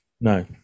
No